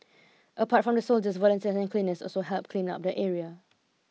apart from the soldiers volunteersand cleaners also helped clean up the area